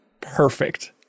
perfect